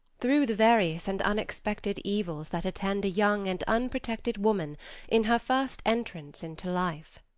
through the various and unexpected evils that attend a young and unprotected woman in her first entrance into life.